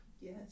Yes